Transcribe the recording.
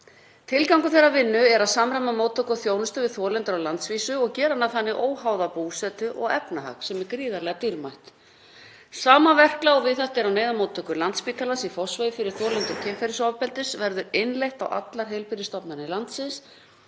Tilgangur þeirrar vinnu er að samræma móttöku og þjónustu við þolendur á landsvísu og gera hana þannig óháða búsetu og efnahag, sem er gríðarlega dýrmætt. Sama verklag við þetta og er á neyðarmóttöku Landspítalans í Fossvogi fyrir þolendur kynferðisofbeldis verði innleitt á öllum heilbrigðisstofnunum landsins